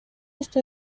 esta